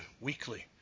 weekly